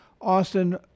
Austin